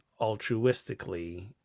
altruistically